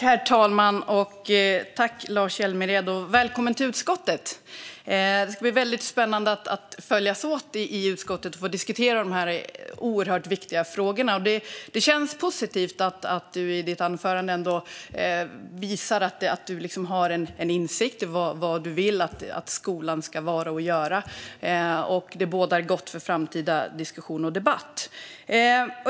Herr talman! Välkommen till utskottet, Lars Hjälmered! Det ska bli spännande att följas åt i utskottet och få diskutera dessa viktiga frågor. Det känns positivt att du i ditt anförande visar att du har en insikt om vad du vill att skolan ska vara och göra. Det bådar gott för framtida diskussion och debatt.